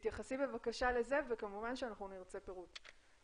תתייחסי בבקשה לזה וכמובן שנרצה פירוט.